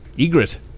Egret